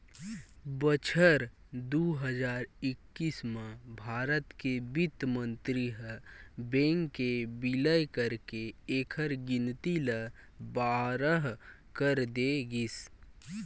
बछर दू हजार एक्कीस म भारत के बित्त मंतरी ह बेंक के बिलय करके एखर गिनती ल बारह कर दे गिस